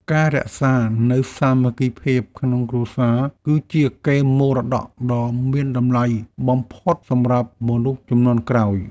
ការរក្សានូវសាមគ្គីភាពក្នុងគ្រួសារ គឺជាកេរមរតកដ៏មានតម្លៃបំផុតសម្រាប់មនុស្សជំនាន់ក្រោយ។